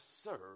serve